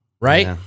Right